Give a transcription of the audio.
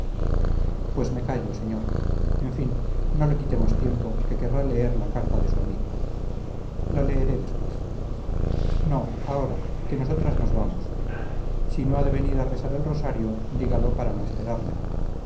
pues me callo señor en fin no le quitemos tiempo que querrá leer la carta de su amigo la leeré después no ahora que nosotras nos vamos y si no ha de venir a rezar el rosario dígalo para no esperarle